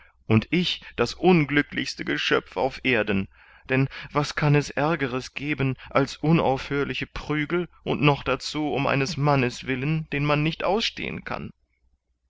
und ich das unglücklichste geschöpf auf erden denn was kann es aergeres geben als unaufhörliche prügel und noch dazu um eines mannes willen den man nicht ausstehen kann